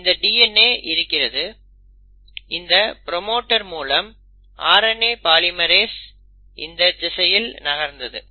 இந்த DNA இருத்தது இந்த ப்ரோமோட்டர் மூலம் RNA பாலிமெரேஸ் இந்தத் திசையில் நகர்ந்தது